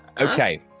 Okay